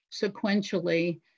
Sequentially